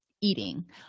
eating